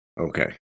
Okay